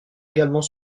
également